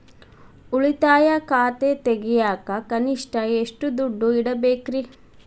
ಉಳಿತಾಯ ಖಾತೆ ತೆಗಿಯಾಕ ಕನಿಷ್ಟ ಎಷ್ಟು ದುಡ್ಡು ಇಡಬೇಕ್ರಿ?